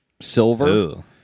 silver